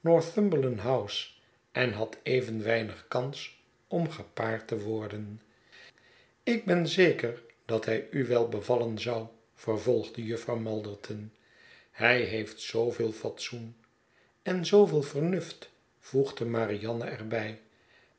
northumberland house en had even weinig kans om gepaard te word en ik ben zeker dat hij u wel bevallen zou vervolgde jufvrouw malderton hij heeft zooveel fatsoen en zooveel vernuft voegde marianne er